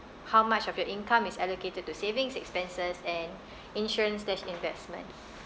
how much of your income is allocated to savings expenses and insurance slash investment